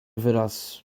wyraz